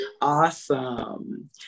Awesome